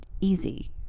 easy